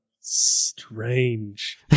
strange